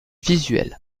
visuelle